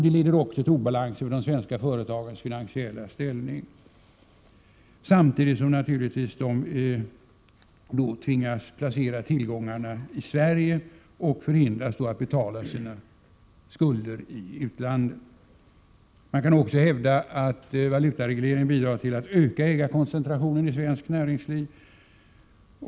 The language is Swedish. Det leder också till obalanser när det gäller de svenska företagens finansiella ställning, eftersom de tvingas placera tillgångarna i Sverige samtidigt som de förhindras att betala sina skulder i utlandet. Man kan också hävda att valutaregleringen även bidrar till att öka ägarkoncentrationen i svenskt näringsliv.